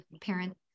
parents